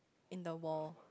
in the world